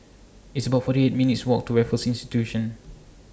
It's about forty eight minutes' Walk to Raffles Institution